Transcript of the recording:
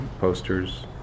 posters